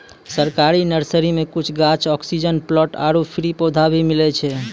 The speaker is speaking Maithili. सरकारी नर्सरी मॅ कुछ गाछ, ऑक्सीजन प्लांट आरो फ्री पौधा भी मिलै छै